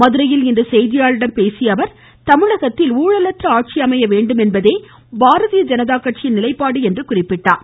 மதுரையில் இன்று செய்தியாளரிடம் பேசிய அவர் தமிழகத்தில் ஊழலற்ற ஆட்சி அமைய வேண்டும் என்பதே பாரதிய ஜனதா கட்சியின் நிலைப்பாடு என்று குறிப்பிட்டார்